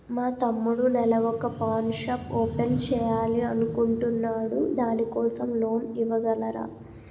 మా తమ్ముడు నెల వొక పాన్ షాప్ ఓపెన్ చేయాలి అనుకుంటునాడు దాని కోసం లోన్ ఇవగలరా?